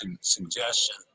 suggestion